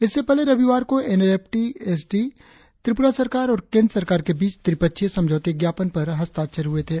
इससे पहले रविवार को N L F T SD Tripura सरकार और केंद्र सरकार के बीच त्रिपक्षीय समझौता ज्ञापन पर हस्ताक्षर किए गए थे